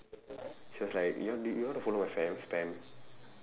she was like you want to you want to follow my spam spam